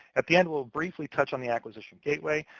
at the end, we'll briefly touch on the acquisition gateway,